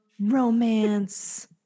Romance